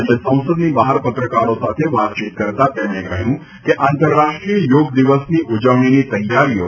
આજે સંસદની બહાર પત્રકારો સાથે વાતચીત કરતા તેમણે કહ્યું કે આંતરરાષ્ટ્રીય યોગ દિવસની ઉજવણીની તેયારીઓ આખરી તબક્કામાં છે